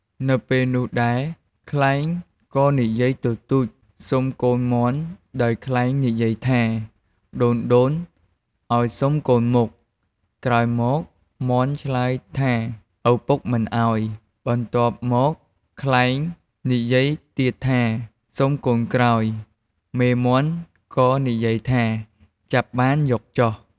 នៅពេលនោះដែលខ្លែងក៏និយាយទទូចសុំកូនមាន់ដោយខ្លែងនិយាយថាដូនៗឱ្យសុំកូនមុខ ក្រោយមកមាន់ឆ្លើយថាឪពុកមិនឱ្យ បន្ទាប់មកខ្លែងនិយាយទៀតថាសុំកូនក្រោយ មេមាន់ក៏និយាយថា ចាប់បានយកចុះ។